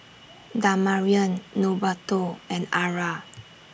Damarion Norberto and Arra